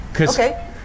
Okay